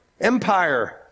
empire